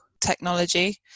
technology